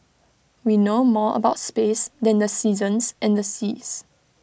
we know more about space than the seasons and the seas